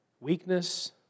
weakness